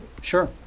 Sure